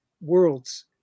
worlds